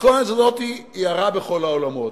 המתכונת הזאת היא הרעה בכל העולמות.